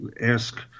ask